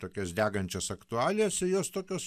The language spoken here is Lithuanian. tokias degančias aktualijas ir jos tokios